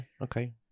Okay